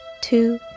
two